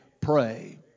pray